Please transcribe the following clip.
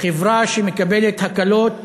חברה שמקבלת מהמדינה הקלות